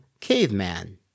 Caveman